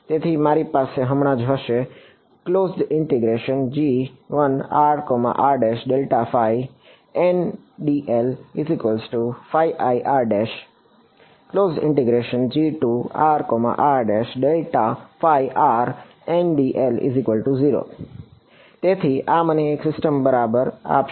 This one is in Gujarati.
તેથી મારી પાસે હમણાં જ હશે તેથી આ મને એક સિસ્ટમ બરાબર આપશે